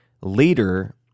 later